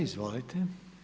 Izvolite!